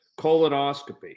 Colonoscopy